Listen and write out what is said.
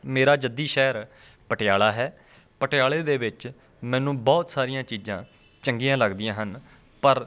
ਮੇਰਾ ਜੱਦੀ ਸ਼ਹਿਰ ਪਟਿਆਲਾ ਹੈ ਪਟਿਆਲੇ ਦੇ ਵਿੱਚ ਮੈਨੂੰ ਬਹੁਤ ਸਾਰੀਆਂ ਚੀਜ਼ਾਂ ਚੰਗੀਆਂ ਲੱਗਦੀਆਂ ਹਨ ਪਰ